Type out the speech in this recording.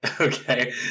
Okay